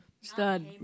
Stud